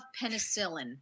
penicillin